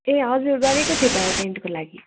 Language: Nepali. ए हजुर गरेको थिएँ त रेन्टको लागि